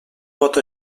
pot